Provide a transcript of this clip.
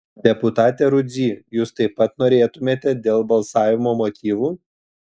deputate rudzy jūs taip pat norėtumėte dėl balsavimo motyvų